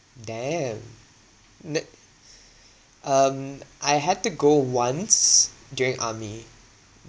damn n~ um I had to go once during army